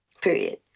period